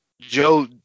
Joe